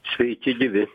sveiki gyvi